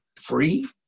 free